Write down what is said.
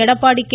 Edappadi K